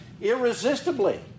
irresistibly